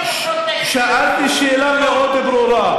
אני שאלתי שאלה מאוד ברורה.